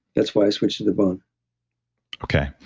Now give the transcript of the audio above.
that's why i switched to the bon okay.